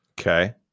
Okay